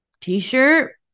t-shirt